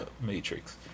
Matrix